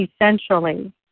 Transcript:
essentially